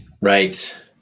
Right